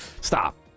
Stop